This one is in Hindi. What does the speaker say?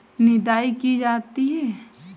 निदाई की जाती है?